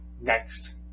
next